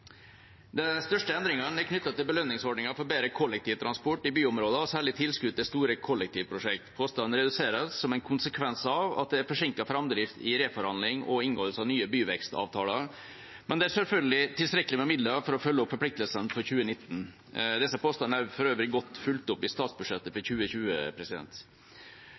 De største endringene er knyttet til belønningsordningen for bedre kollektivtransport i byområdene, særlig tilskudd til store kollektivprosjekter. Kostnadene reduseres som en konsekvens av at det er forsinket framdrift i reforhandling og inngåelse av nye byvekstavtaler, men det er selvfølgelig tilstrekkelig med midler til å følge opp forpliktelsene for 2019. Disse postene er for øvrig også godt fulgt opp i statsbudsjettet for 2020.